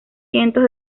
cientos